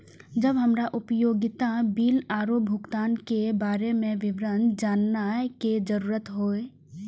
जब हमरा उपयोगिता बिल आरो भुगतान के बारे में विवरण जानय के जरुरत होय?